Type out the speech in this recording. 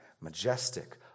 majestic